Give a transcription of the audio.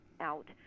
out